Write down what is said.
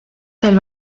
del